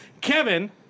Kevin